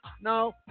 No